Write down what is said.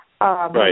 Right